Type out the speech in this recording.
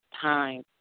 Time